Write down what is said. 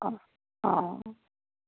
অ' অ'